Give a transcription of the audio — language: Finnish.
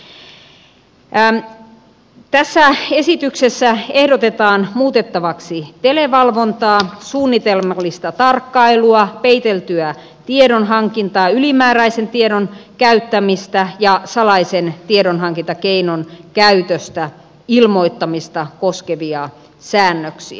tässä esityksessä ehdotetaan muutettavaksi televalvontaa suunnitelmallista tarkkailua peiteltyä tiedonhankintaa ylimääräisen tiedon käyttämistä ja salaisen tiedonhankintakeinon käytöstä ilmoittamista koskevia säännöksiä